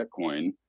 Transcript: Bitcoin